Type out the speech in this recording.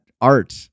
art